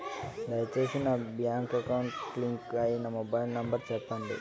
దయచేసి నా bank account కి లింక్ అయినా మొబైల్ నంబర్ చెప్పండి